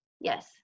Yes